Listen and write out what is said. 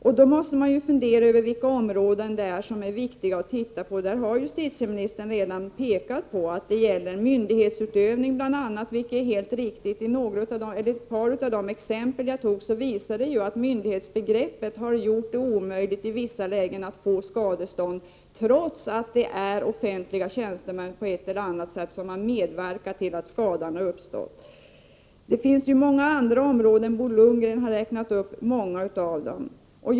Men då måste man fundera över vilka områden som det är viktigt att se över. Justitieministern har redan sagt att det gäller bl.a. myndighetsutövning, vilket är helt riktigt. Ett par av de exempel jag anförde visar att myndighetsbegreppet har gjort det omöjligt i vissa lägen att få skadestånd, trots att det är offentliga tjänstemän som på ett eller annat sätt har medverkat till att skadan har uppstått. Det finns också andra områden — Bo Lundgren har räknat upp många av dem.